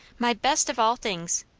my best of all things.